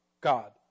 God